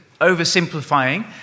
oversimplifying